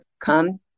come